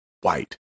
white